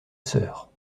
sœur